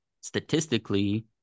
statistically